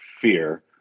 fear